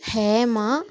Hema